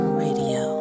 radio